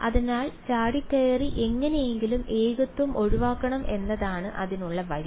അതിനാൽ ചാടിക്കയറി എങ്ങനെയെങ്കിലും ഏകത്വം ഒഴിവാക്കണം എന്നതാണ് അതിനുള്ള വഴി